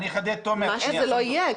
מה שזה לא יהיה.